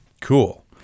Cool